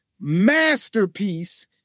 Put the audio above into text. masterpiece